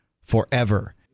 forever